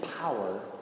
power